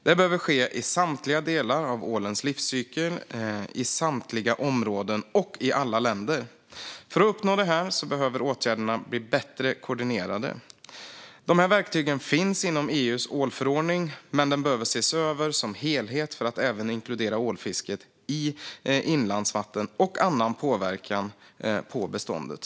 Det behöver ske i samtliga delar av ålens livscykel, i samtliga områden och i alla länder. För att uppnå detta behöver åtgärderna bli bättre koordinerade. Dessa verktyg finns inom EU:s ålförordning, men den behöver ses över som helhet för att även inkludera ålfisket i inlandsvatten och annan påverkan på beståndet.